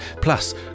Plus